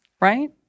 right